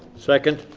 second.